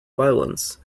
violence